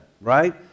right